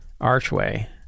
archway